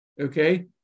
okay